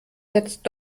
jetzt